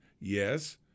Yes